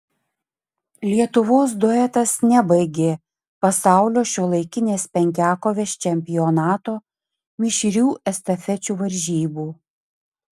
lietuvos duetas nebaigė pasaulio šiuolaikinės penkiakovės čempionato mišrių estafečių varžybų